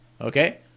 Okay